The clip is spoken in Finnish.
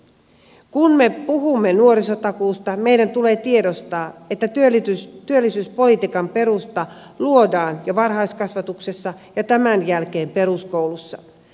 kun me puhumme nuorisotakuusta meidän tulee tiedostaa että työllisyyspolitiikan perusta luodaan jo varhaiskasvatuksessa ja tämän jälkeen peruskoulussa